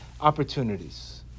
opportunities